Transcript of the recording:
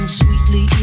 sweetly